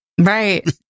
right